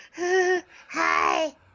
Hi